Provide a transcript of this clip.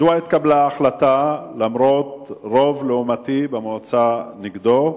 1. מדוע התקבלה ההחלטה למרות רוב לעומתי במועצה נגדו?